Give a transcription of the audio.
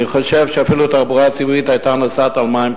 אני חושב שאפילו התחבורה הציבורית היתה נוסעת על מים,